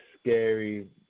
scary